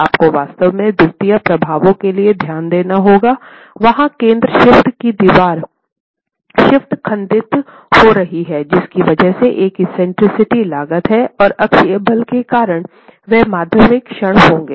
आपको वास्तव में द्वितीय प्रभावों के लिए ध्यान देना होगा वहाँ केन्द्र शिफ्ट की दीवार शिफ्ट खंडित हो रही हैं जिसकी वजह से एक एक्सेंट्रिसिटी लागत है और अक्षीय बल के कारण वहाँ माध्यमिक क्षण होंगे